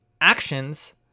actions